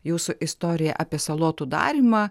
jūsų istoriją apie salotų darymą